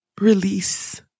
release